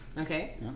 okay